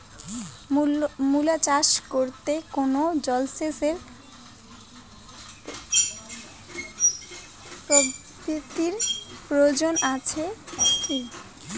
মূলা চাষ করতে কোনো জলসেচ পদ্ধতির প্রয়োজন আছে কী?